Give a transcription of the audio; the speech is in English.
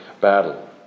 battle